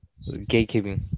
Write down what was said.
gatekeeping